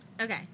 okay